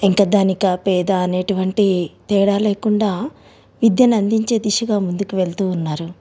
ఇంక ధనిక పేద అనేటువంటి తేడా లేకుండా విద్యను అందించే దిశగా ముందుకు వెళ్తూ ఉన్నారు